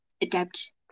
adapt